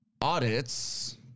audits